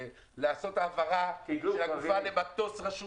לעשות העברה של הגופה למטוס רישום